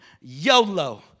YOLO